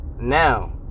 now